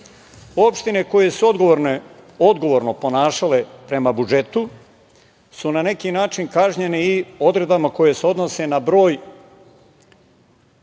šest. Opštine koje su se odgovorno ponašale prema budžetu su na neki način kažnjene i odredbama koje se odnose na broj